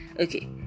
Okay